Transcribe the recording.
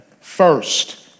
first